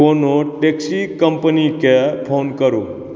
कोनो टैक्सी कम्पनीके फोन करू